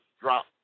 drop